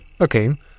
okay